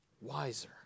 wiser